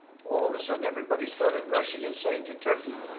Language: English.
all of a sudden everybody started rushing and saying to turkey,